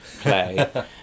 play